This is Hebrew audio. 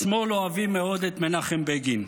בשמאל אוהבים מאוד את מנחם בגין,